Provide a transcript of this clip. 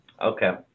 Okay